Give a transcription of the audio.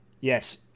Yes